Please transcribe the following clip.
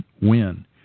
win